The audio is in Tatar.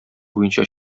буенча